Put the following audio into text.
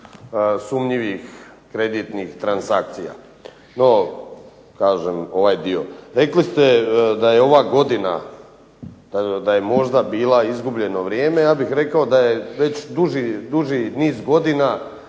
sumnjivih kreditnih transakcija. No kažem ovaj dio. Rekli ste da je ova godina, da je možda bila izgubljeno vrijeme. Ja bih rekao da je već duži niz godina